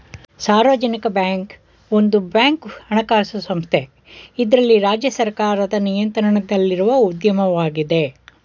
ಸಾರ್ವಜನಿಕ ಬ್ಯಾಂಕ್ ಒಂದು ಬ್ಯಾಂಕ್ ಹಣಕಾಸು ಸಂಸ್ಥೆ ಇದ್ರಲ್ಲಿ ರಾಜ್ಯ ಸರ್ಕಾರದ ನಿಯಂತ್ರಣದಲ್ಲಿರುವ ಉದ್ಯಮವಾಗಿದೆ